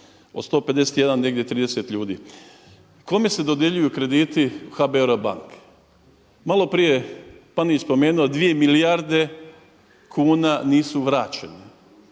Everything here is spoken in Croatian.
Od 151 negdje 30 ljudi. Kome se dodjeljuju krediti HBOR-a banke? Malo prije je Panenić spomenuo 2 milijarde kuna nisu vraćene.